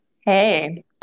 Hey